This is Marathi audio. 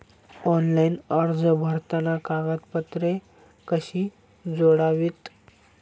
ऑनलाइन अर्ज भरताना कागदपत्रे कशी जोडावीत?